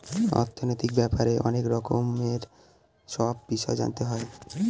অর্থনৈতিক ব্যাপারে অনেক রকমের সব বিষয় জানতে হয়